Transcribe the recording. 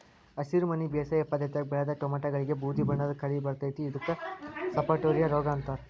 ಹಸಿರುಮನಿ ಬೇಸಾಯ ಪದ್ಧತ್ಯಾಗ ಬೆಳದ ಟೊಮ್ಯಾಟಿಗಳಿಗೆ ಬೂದಿಬಣ್ಣದ ಕಲಿ ಬರ್ತೇತಿ ಇದಕ್ಕ ಸಪಟೋರಿಯಾ ರೋಗ ಅಂತಾರ